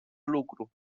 lucru